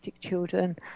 children